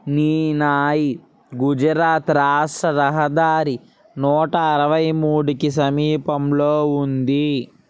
నీనాయి గుజరాత్ రాశ రహదారి నూట అరవై మూడుకి సమీపంలో ఉంది